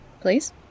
Please